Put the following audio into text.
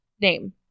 name